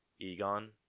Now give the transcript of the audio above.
Egon